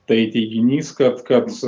tai teiginys kad kad